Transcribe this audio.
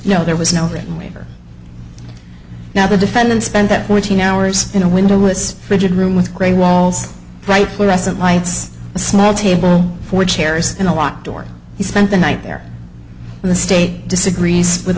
no there was no written waiver now the defendant spent that fourteen hours in a windowless rigid room with gray walls bright fluorescent lights a small table for chairs and a locked door he spent a nightmare in the state disagrees with